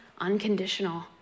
unconditional